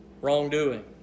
wrongdoing